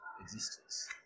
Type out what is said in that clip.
existence